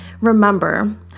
Remember